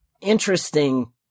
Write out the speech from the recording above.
interesting